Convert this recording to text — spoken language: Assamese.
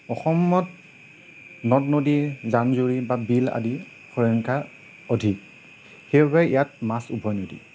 অসমত নদ নদীৰ জান জুৰি বা বিল আদিৰ সংখ্যা অধিক সেইবাবে ইয়াত মাছ উভৈনদী